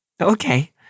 Okay